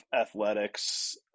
athletics